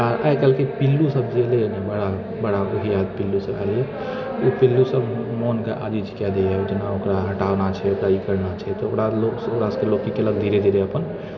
आ आइ काल्हिके पिल्लु सभ जे एलैया ने बड़ा बड़ा बुधिआर पिल्लु सभ एलैया ओ पिल्लु सभ मोनके आजीज कै देइया जेना ओकरा हटाना छै ओकरा ई करना छै तऽ ओकरा लोक ओकरा सभकेँ लोक की केलक तऽ धीरे धीरे अपन